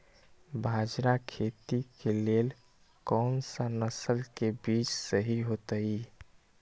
बाजरा खेती के लेल कोन सा नसल के बीज सही होतइ?